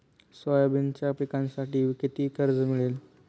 सोयाबीनच्या पिकांसाठी किती कर्ज मिळेल?